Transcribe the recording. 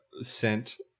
sent